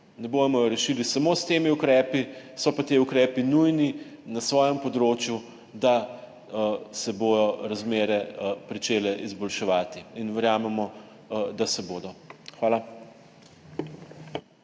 Ne bomo je rešili samo s temi ukrepi, so pa ti ukrepi nujni na tem področju, da se bodo razmere začele izboljševati. Verjamemo, da se bodo. Hvala.